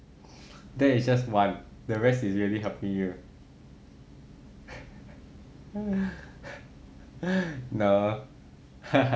that is just one the rest is really helping you no